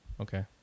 okay